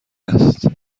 است